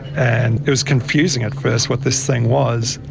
and it was confusing at first what this thing was,